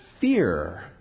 fear